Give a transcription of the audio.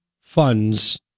funds